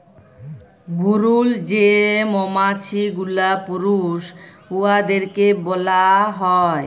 ভুরুল যে মমাছি গুলা পুরুষ উয়াদেরকে ব্যলা হ্যয়